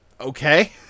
Okay